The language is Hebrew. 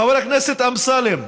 חבר הכנסת אמסלם,